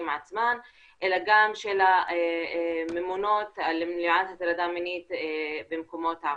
עצמן אלא גם של הממונות על מניעת הטרדה מינית במקומות העבודה.